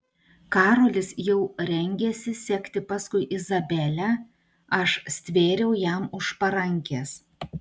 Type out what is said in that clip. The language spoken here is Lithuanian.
karolis jau rengėsi sekti paskui izabelę aš stvėriau jam už parankės